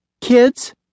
Kids